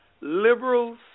liberals